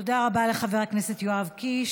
תודה רבה לחבר הכנסת יואב קיש.